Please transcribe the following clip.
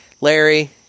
Larry